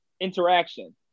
interaction